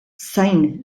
zain